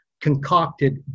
concocted